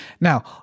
Now